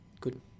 good